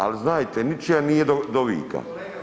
Ali znajte, ničija nije do vika.